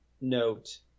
note